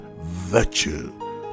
virtue